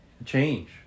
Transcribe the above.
Change